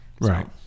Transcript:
Right